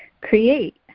create